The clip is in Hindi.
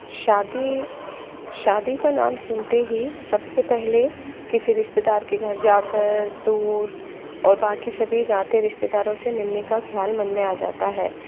शादी शादी का नाम सुनते ही सबसे पहले किसी रिश्तेदार के घर जाकर दूर और बाकि सभी नाते रिश्तेदारों से मिलने का ख़्याल मन में आ जाता है